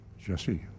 Jesse